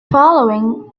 following